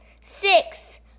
six